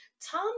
Tom